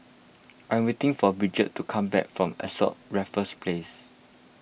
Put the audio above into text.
I am waiting for Bridgette to come back from Ascott Raffles Place